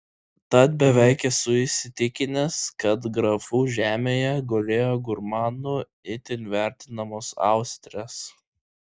tad beveik esu įsitikinęs kad grafų žemėje gulėjo gurmanų itin vertinamos austrės